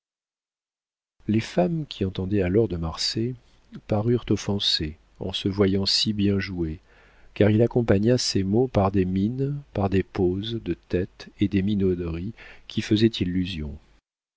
les femmes qui entendaient alors de marsay parurent offensées en se voyant si bien jouées car il accompagna ces mots par des mines par des poses de tête et des minauderies qui faisaient illusion